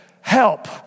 help